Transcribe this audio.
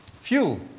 Fuel